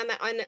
on